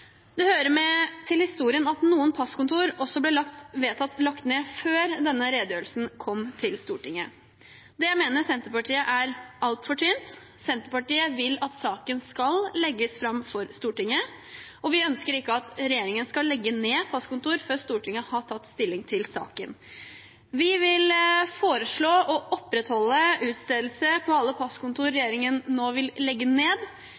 Det hører med til historien at noen passkontor også ble vedtatt lagt ned før denne redegjørelsen kom til Stortinget. Det mener Senterpartiet er altfor tynt. Senterpartiet vil at saken skal legges fram for Stortinget. Vi ønsker ikke at regjeringen skal legge ned passkontor før Stortinget har tatt stilling til saken. Vi vil foreslå å opprettholde utstedelse på alle passkontor som regjeringen nå vil legge ned,